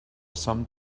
some